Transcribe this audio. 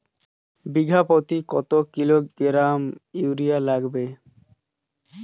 বিঘাপ্রতি কত kilogram urea লাগবে?